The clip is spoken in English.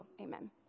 Amen